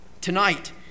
Tonight